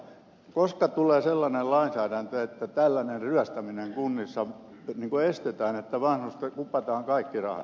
koska tulee sellainen lainsäädäntö että estetään kunnissa tällainen ryöstäminen että vanhukselta kupataan kaikki rahat